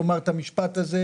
ארוך אם אפשר לומר את המשפט הזה.